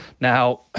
now